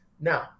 Now